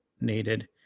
needed